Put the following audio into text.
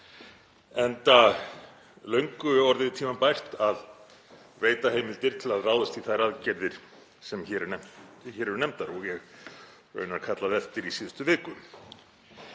enda löngu orðið tímabært að veita heimildir til að ráðast í þær aðgerðir sem hér eru nefndar og ég raunar kallaði eftir í síðustu viku.